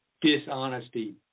dishonesty